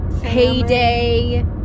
payday